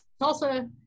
Tulsa